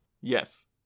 Yes